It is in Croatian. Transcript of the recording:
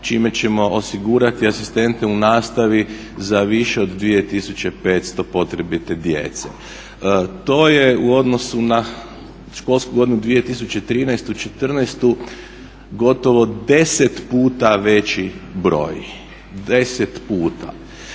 čime ćemo osigurati asistente u nastavi za više od 2 tisuće 500 potrebite djece. To je u odnosu na školsku godinu 2013.-2014.gotovo 10 puta veći broj, 10 puta.